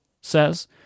says